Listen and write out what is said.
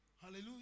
Hallelujah